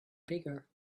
bigger